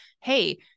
Hey